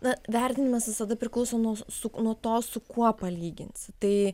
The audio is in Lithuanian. na vertinimas visada priklauso nuo su nuo to su kuo palyginti tai